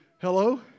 Hello